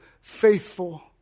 faithful